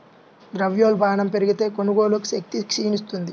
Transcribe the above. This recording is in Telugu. ద్రవ్యోల్బణం పెరిగితే, కొనుగోలు శక్తి క్షీణిస్తుంది